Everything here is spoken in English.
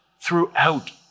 throughout